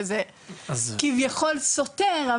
שזה כביכול סותר,